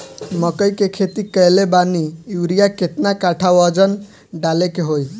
मकई के खेती कैले बनी यूरिया केतना कट्ठावजन डाले के होई?